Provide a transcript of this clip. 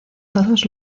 todos